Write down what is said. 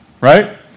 right